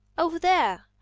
over there,